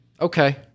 Okay